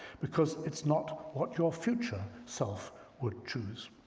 because it's not what your future self would choose.